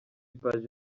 paji